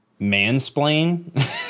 mansplain